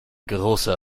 großer